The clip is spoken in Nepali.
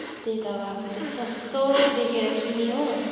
त्यही त अब आफू त सस्तो देखेर किने हो